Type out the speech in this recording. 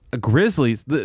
Grizzlies